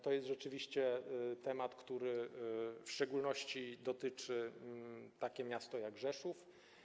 To jest rzeczywiście temat, który w szczególności dotyczy takiego miasta jak Rzeszów.